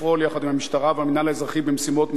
המשטרה והמינהל האזרחי במשימות מסוימות,